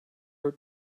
her